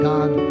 God